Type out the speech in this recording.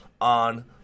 on